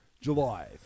July